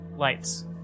lights